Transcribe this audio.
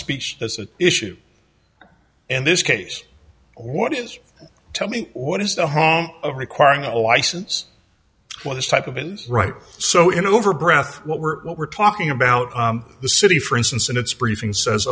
speech as an issue and this case or what is tell me what is the home of requiring a license for this type of ins right so in over breath what we're what we're talking about the city for instance and it's briefing says